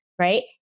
Right